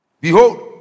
Behold